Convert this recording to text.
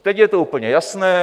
Teď je to úplně jasné.